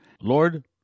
Lord